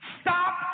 Stop